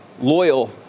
loyal